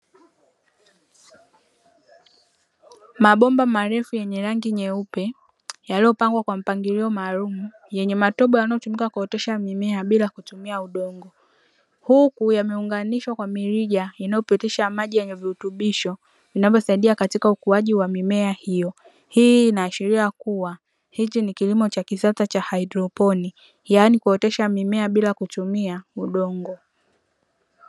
Mabomba marefu yenye rangi nyeupe yaliyopangwa kwa mpangilio maalumu yenye matobo yanayotumika kuoteshea mimea bila kutumia udongo, huku yameunganishwa kwa mirija inayopitisha maji yenye virutubisho vinavyosaidia katika ukuaji wa mimea hiyo, hii inaashiria kuwa hiki ni kilimo cha kisasa cha haidroponi yaani kuoteshea mimea bila kutumia udongo.